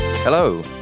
Hello